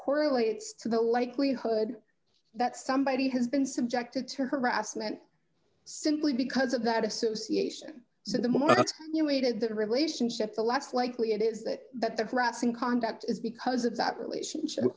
correlates to the likelihood that somebody has been subjected to harassment simply because of that association so the more you aided the relationship the last likely it is that that the harassing conduct is because of that relationship